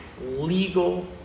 legal